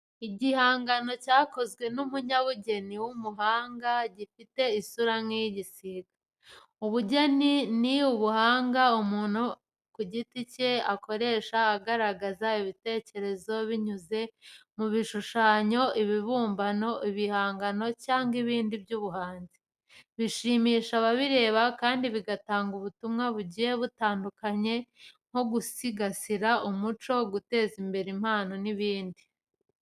Igihangano cyakozwe n'umunyabugeni w'umuhanga gifite isura nk'iy'igisiga. Ubugeni ni ubuhanga bw'umuntu ku giti cye akoresha agaragaza ibitekerezo binyuze mu bishushanyo, ibibumbano, ibihangano cyangwa ibindi by’ubuhanzi. Bishimisha ababireba kandi bigatanga ubutumwa bugiye butandukanye nko gusigasira umuco, guteza imbere impano n'ibindi.